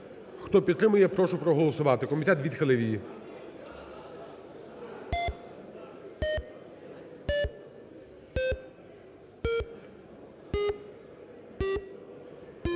Хто підтримує, прошу проголосувати.